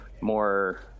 more